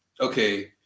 okay